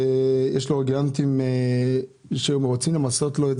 שיש לו ריאגנטים שרוצים למסות אותם.